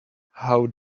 how